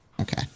Okay